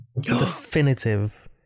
definitive